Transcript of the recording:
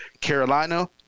Carolina